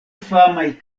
famaj